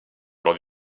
leurs